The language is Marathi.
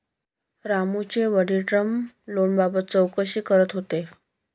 रामूचे वडील टर्म लोनबाबत चौकशी करत होते